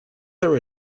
her